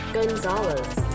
Gonzalez